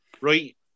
right